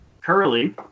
Curly